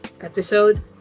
episode